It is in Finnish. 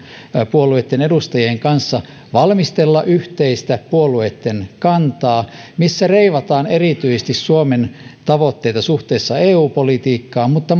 puolueitten edustajien kanssa valmistella yhteistä puolueitten kantaa missä reivataan erityisesti suomen tavoitteita suhteessa eu politiikkaan mutta